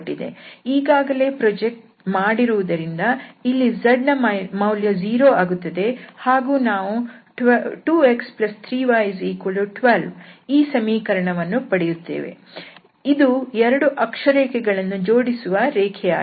ಈಗಾಗಲೇ ಪ್ರೊಜೆಕ್ಟ್ ಮಾಡಿರುವುದರಿಂದ ಇಲ್ಲಿಂದ z ಮೌಲ್ಯ 0 ಆಗುತ್ತದೆ ಹಾಗೂ ನಾವು 2x3y12 ಈ ಸಮೀಕರಣವನ್ನು ಪಡೆಯುತ್ತೇವೆ ಇದು 2 ಅಕ್ಷರೇಖೆ ಗಳನ್ನು ಜೋಡಿಸುವ ರೇಖೆಯಾಗಿದೆ